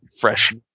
fresh